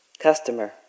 Customer